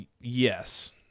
yes